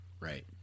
Right